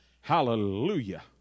Hallelujah